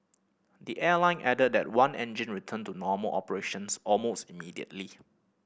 the airline added that one engine returned to normal operations almost immediately